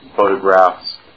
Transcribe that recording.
photographs